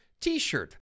t-shirt